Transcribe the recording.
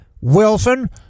Wilson